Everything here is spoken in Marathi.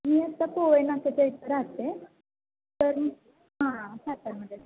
मी आता पोवई नाक्याच्या इथं राहते तर हां सातारमध्ये